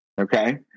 Okay